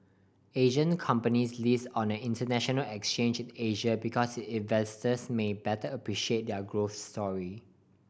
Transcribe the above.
Asian companies list on an international exchange in Asia because investors may better appreciate their growth story